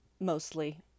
mostly